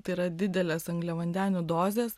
tai yra didelės angliavandenių dozės